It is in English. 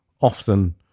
often